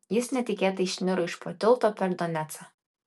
jis netikėtai išniro iš po tilto per donecą